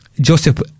Joseph